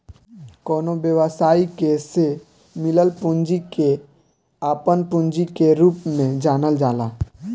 कवनो व्यवसायी के से मिलल पूंजी के आपन पूंजी के रूप में जानल जाला